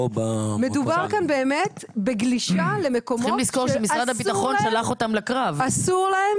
מדובר כאן באמת בגלישה למקומות שאסור להם